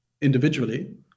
individually